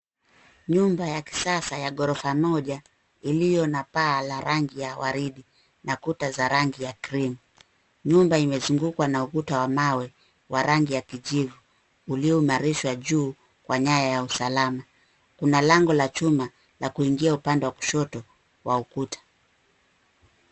Nyumba ya kisasa ya ghorofa moja iliyo na paa la rangi ya waridi na kuta za rangi ya cream . Nyumba imezungukwa na ukuta wa mawe wa rangi ya kijivu ulioimarishwa juu kwa nyaya ya usalama. Kuna lango la chuma la kuingia upande wa kushoto wa ukuta.